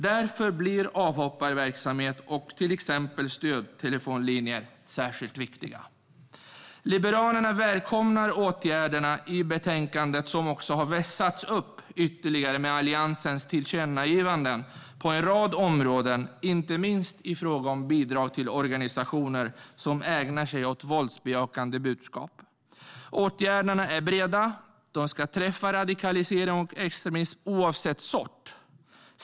Därför blir avhopparverksamhet och till exempel stödtelefonlinjer särskilt viktiga. Liberalerna välkomnar åtgärderna som presenteras i betänkandet, som också har vässats ytterligare med Alliansens tillkännagivanden på en rad områden. Det gäller inte minst bidrag till organisationer som ägnar sig åt våldsbejakande budskap. Åtgärderna är breda och ska träffa radikalisering och extremism, oavsett sort.